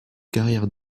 carrière